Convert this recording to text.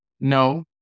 No